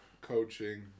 coaching